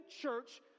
church